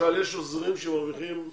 למשל עוזרים שמרוויחים יותר